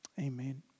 Amen